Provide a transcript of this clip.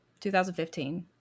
2015